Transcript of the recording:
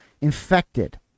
infected